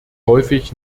häufig